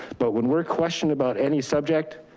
but when we're questioned about any subject,